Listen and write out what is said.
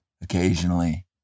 Occasionally